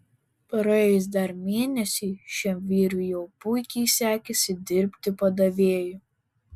praėjus dar mėnesiui šiam vyrui jau puikiai sekėsi dirbti padavėju